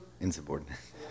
Insubordinate